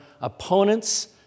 opponents